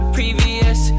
previous